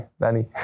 Danny